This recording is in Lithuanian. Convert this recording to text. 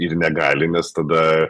ir negali nes tada